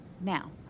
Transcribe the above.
Now